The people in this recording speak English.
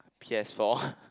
P S four